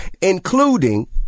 including